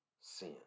sin